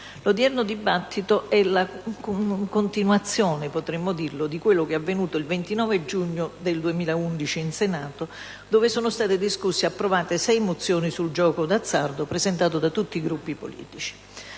l'odierno dibattito è la continuazione di quello avvenuto il 29 giugno 2011 in Senato, quando sono state discusse e approvate sei mozioni sul gioco d'azzardo presentate da tutti i Gruppi politici.